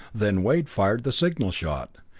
then wade fired the signal shot.